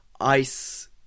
ice